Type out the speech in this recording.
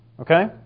Okay